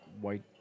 white